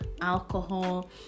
Alcohol